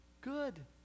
good